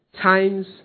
Times